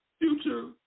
future